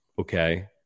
okay